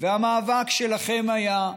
והמאבק שלכם היה,